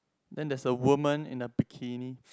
then there's a woman in a bikini